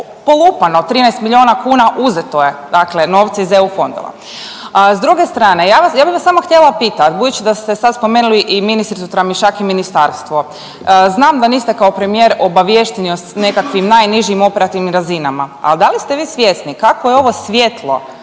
polupano 13 milijuna kuna uzeto je, dakle novci iz eu fondova. A s druge strane ja bih vas samo htjela pitat, budući da ste sad spomenuli i ministricu Tramišak i ministarstvo. Znam da niste kao premijer obaviješteni o nekakvim najnižim operativnim razinama, ali da li ste vi svjesni kakvo je ovo svjetlo